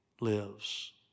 lives